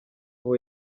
aho